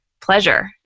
pleasure